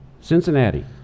Cincinnati